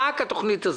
רק התוכנית הזאת.